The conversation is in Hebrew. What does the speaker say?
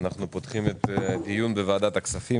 אנחנו פותחים את הדיון בוועדת הכספים,